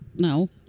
No